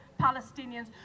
Palestinians